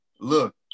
look